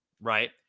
right